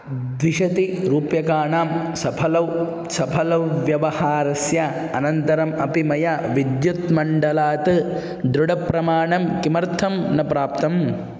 द्विशतं रूप्यकाणां सफलं सफलव्यवहारस्य अनन्तरम् अपि मया विद्युत्मण्डलात् दृढप्रमाणं किमर्थं न प्राप्तम्